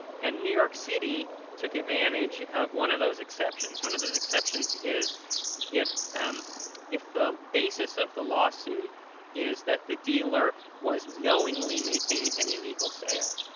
and new york city took advantage of one of those exceptions. one of those exceptions is if um if the basis of the lawsuit is that the dealer was knowingly making any legal sale.